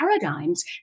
paradigms